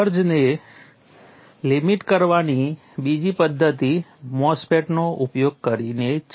સર્જને limit કરવાની બીજી પદ્ધતિ MOSFET નો ઉપયોગ કરીને છે